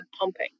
pumping